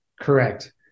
Correct